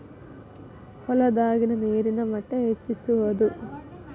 ಹೊಲದಾಗಿನ ನೇರಿನ ಮಟ್ಟಾ ಹೆಚ್ಚಿಸುವದು